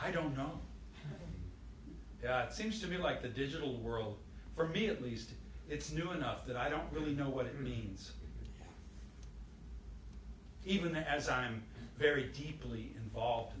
i don't know yeah it seems to me like the digital world for me at least it's new enough that i don't really know what it means even as i'm very deeply involved